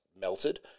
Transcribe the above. melted